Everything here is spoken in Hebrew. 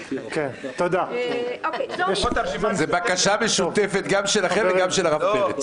זאת בקשה משותפת גם שלכם וגם של הרב פרץ.